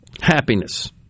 happiness